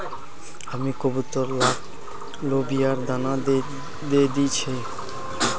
हामी कबूतर लाक लोबियार दाना दे दी छि